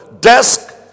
desk